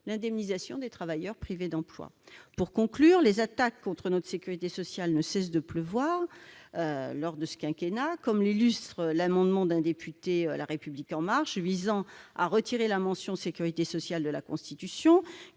l'indemnisation des travailleurs privés d'emploi. Pour conclure, les attaques contre notre sécurité sociale ne cessent de pleuvoir durant ce quinquennat, comme l'illustre l'amendement d'un député du groupe La République En Marche visant à retirer la référence à la sécurité sociale dans la Constitution.